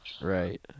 Right